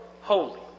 holy